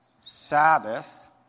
sabbath